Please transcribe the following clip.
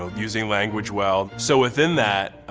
um using language well. so within that,